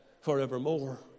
forevermore